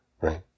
Right